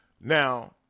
Now